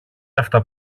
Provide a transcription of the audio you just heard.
αυτά